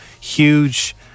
huge